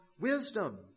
wisdom